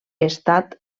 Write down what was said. estat